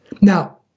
Now